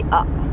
up